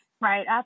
Right